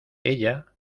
ella